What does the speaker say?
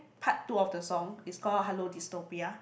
part two of the song is called Hello Dystopia